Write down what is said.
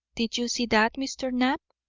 did you see that, mr. knapp?